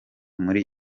muri